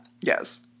Yes